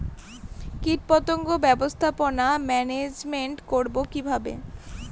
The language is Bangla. কীটপতঙ্গ ব্যবস্থাপনা ম্যানেজমেন্ট করব কিভাবে?